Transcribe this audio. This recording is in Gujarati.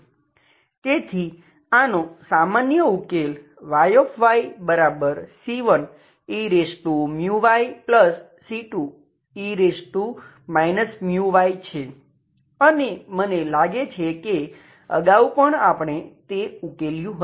તેથી આનો સામાન્ય ઉકેલ Yyc1eμyc2e μy છે અને મને લાગે છે કે અગાઉ પણ આપણે તે ઉકેલ્યું હતું